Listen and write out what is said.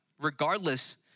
regardless